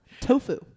tofu